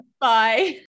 Bye